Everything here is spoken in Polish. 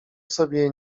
sobie